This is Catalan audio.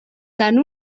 tant